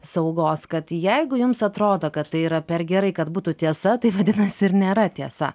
saugos kad jeigu jums atrodo kad tai yra per gerai kad būtų tiesa tai vadinas ir nėra tiesa